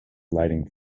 lighting